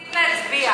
רוצים להצביע.